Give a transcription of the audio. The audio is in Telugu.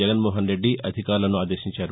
జగన్మోహన్ రెడ్డి అధికారులను ఆదేశించారు